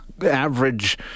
average